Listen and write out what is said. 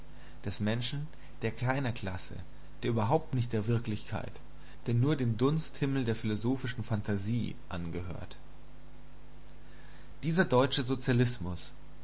des menschen der keiner klasse der überhaupt nicht der wirklichkeit der nur dem dunsthimmel der philosophischen phantasie angehört dieser deutsche sozialismus